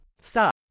stop